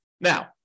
Now